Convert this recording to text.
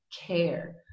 care